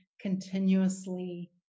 continuously